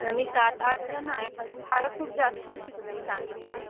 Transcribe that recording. आम्ही सात आठ जणं आहे पण भाडं खूप जास्त होती तुम्ही सांगितलं